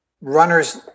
runners